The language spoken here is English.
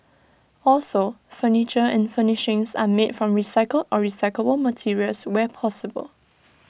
also furniture and furnishings are made from recycled or recyclable materials where possible